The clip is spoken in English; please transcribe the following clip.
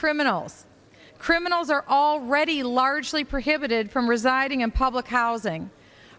criminals criminals are already largely prohibited from residing in public housing